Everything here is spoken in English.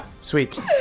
Sweet